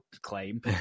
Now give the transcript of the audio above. claim